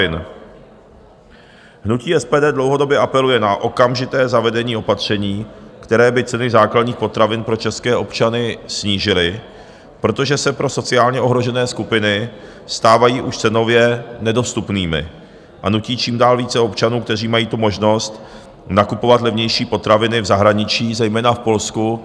Hnutí SPD dlouhodobě apeluje na okamžité zavedení opatření, které by ceny základních potravin pro české občany snížily, protože se pro sociálně ohrožené skupiny stávají už cenově nedostupnými a nutí čím dál více občanů, kteří mají tu možnost, nakupovat levnější potraviny v zahraničí, zejména v Polsku.